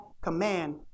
command